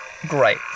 great